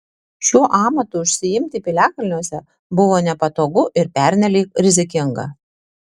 šiuo amatu užsiimti piliakalniuose buvo nepatogu ir pernelyg rizikinga